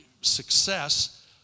success